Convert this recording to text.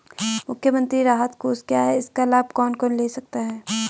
मुख्यमंत्री राहत कोष क्या है इसका लाभ कौन कौन ले सकता है?